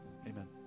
Amen